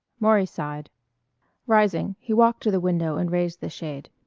maury sighed rising he walked to the window and raised the shade.